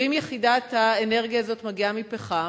אם יחידת האנרגיה הזאת מגיעה מפחם,